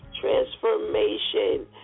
transformation